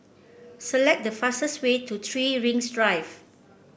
select the fastest way to Three Rings Drive